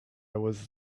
was